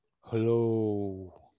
Hello